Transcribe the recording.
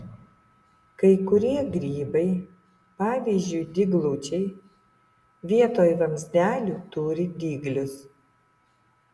kai kurie grybai pavyzdžiui dyglučiai vietoj vamzdelių turi dyglius